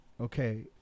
okay